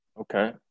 Okay